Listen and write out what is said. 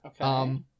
Okay